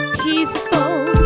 Peaceful